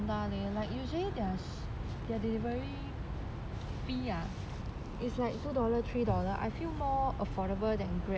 usually their their delivery fees ah it's like two dollars three dollars I feel more affordable than grab